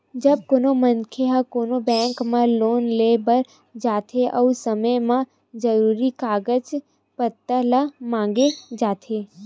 जब कोनो मनखे ह कोनो बेंक म लोन लेय बर जाथे ओ समे म जरुरी कागज पत्तर ल मांगे जाथे